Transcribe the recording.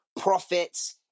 profits